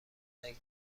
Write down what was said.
نگذره